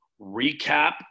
recap